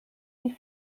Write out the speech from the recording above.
die